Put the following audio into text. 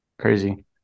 Crazy